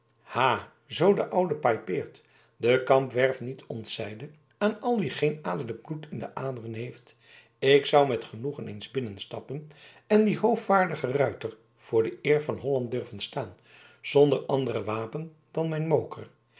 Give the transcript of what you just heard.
zoo de oude paypaert de kampwerf niet ontzeide aan al wie geen adellijk bloed in de aderen heeft ik zou met genoegen eens binnenstappen en dien hoovaardigen ruiter voor de eer van holland durven staan zonder ander wapen dan mijn moker